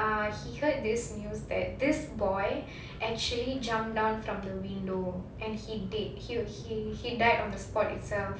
ah he heard this news that this boy actually jumped down from the window and he dead he he he died on the spot itself